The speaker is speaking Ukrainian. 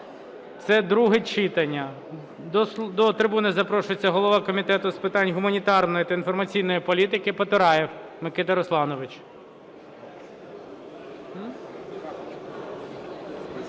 це друге читання. До трибуни запрошується голова Комітету з питань гуманітарної та інформаційної політики Потураєв Микита Русланович.